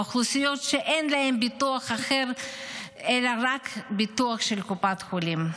האוכלוסיות שאין להן ביטוח אחר אלא רק ביטוח של קופת חולים.